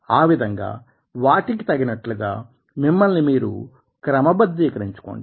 ఆ విధంగా వాటికి తగినట్లుగా మిమ్మల్ని మీరు క్రమబద్ధీకరించుకోండి